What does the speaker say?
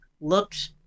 looked